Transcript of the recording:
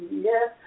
yes